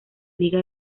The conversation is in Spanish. liga